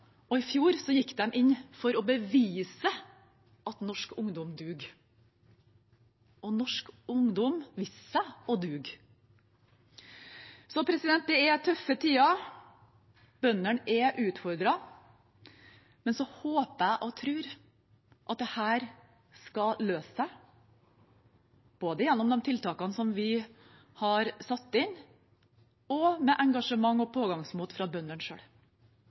I fjor gikk de inn for å bevise at norsk ungdom duger. Norsk ungdom viste seg å duge. Det er tøffe tider. Bøndene er utfordret, men jeg håper og tror at dette skal løse seg, både gjennom de tiltakene som vi har satt inn, og med engasjement og pågangsmot fra bøndene